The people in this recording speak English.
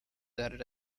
added